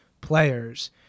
players